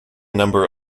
number